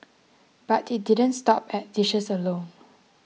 but it didn't stop at dishes alone